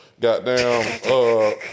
Goddamn